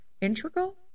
Integral